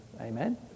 amen